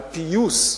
על פיוס,